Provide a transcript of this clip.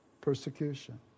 persecution